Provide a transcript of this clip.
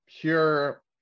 pure